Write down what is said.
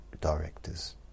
directors